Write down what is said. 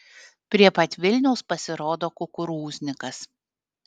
prie pat vilniaus pasirodo kukurūznikas